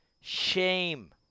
shame